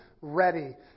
ready